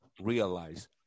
realize